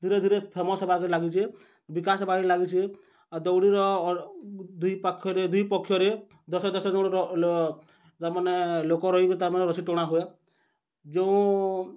ଧୀରେ ଧୀରେ ଫେମସ ହେବାକେ ଲାଗିଛି ବିକାଶ ହେବାକେ ଲାଗିଛି ଆଉ ଦୌଡ଼ିର ଦୁଇ ପାଖରେ ଦୁଇ ପକ୍ଷରେ ଦଶ ଦଶ ଜଣ ତାମାନେ ଲୋକ ରହିକି ତାମାନେ ରସି ଟଣା ହୁଏ ଯେଉଁ